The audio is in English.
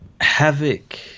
Havoc